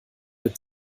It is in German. mit